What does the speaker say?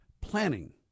planning